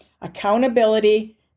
accountability